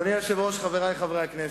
אדוני היושב-ראש, חברי חברי הכנסת,